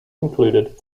included